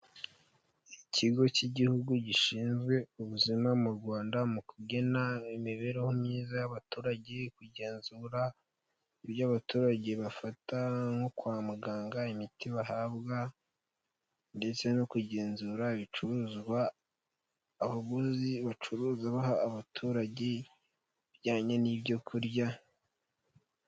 Ikigo cy'igihugu gishinzwe ubuzima mu Rwanda mu kugena imibereho myiza y'abaturage, kugenzura ibyo abaturage bafata nko kwa muganga imiti bahabwa, ndetse no kugenzura ibicuruzwa abaguzi bacuruza baha abaturage ibijyanye n'ibyo kurya.